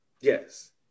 Yes